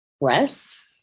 rest